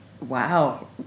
Wow